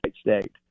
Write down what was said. State